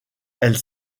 elle